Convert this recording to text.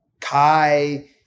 Kai